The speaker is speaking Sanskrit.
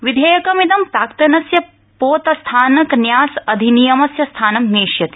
विधेयकमिदं प्राक्तनस्य पोतस्थानक न्यास अधिनियमस्य स्थानं नेष्यति